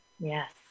Yes